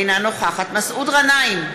אינה נוכחת מסעוד גנאים,